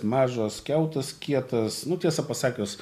mažas kiautas kietas nu tiesa pasakius